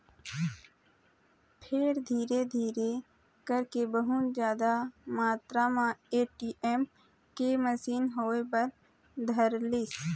फेर धीरे धीरे करके बहुत जादा मातरा म ए.टी.एम के मसीन होय बर धरलिस